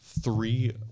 three